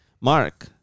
Mark